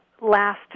last